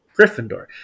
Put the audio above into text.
Gryffindor